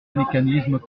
mécanisme